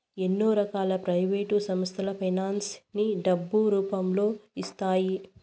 ఎన్నో రకాల ప్రైవేట్ సంస్థలు ఫైనాన్స్ ని డబ్బు రూపంలో ఇస్తాయి